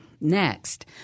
Next